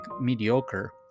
mediocre